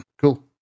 cool